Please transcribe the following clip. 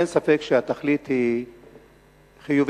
אין ספק שהתכלית חיובית.